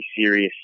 serious